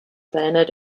bernard